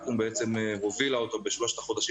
בוקר טוב, שמחים שאתה אתנו, נשמח לשמוע אותך.